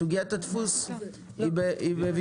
סוגיית הדפוס נמצאת בוויכוח